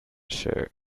sir